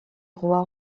roi